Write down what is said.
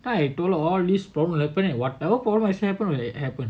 that I told her all this problem happen at what I say happen when it happen